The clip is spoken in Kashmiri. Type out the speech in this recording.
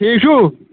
ٹھیٖک چھُو